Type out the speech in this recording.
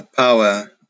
power